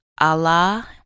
Allah